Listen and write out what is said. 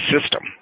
system